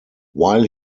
while